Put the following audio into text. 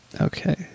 Okay